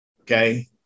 Okay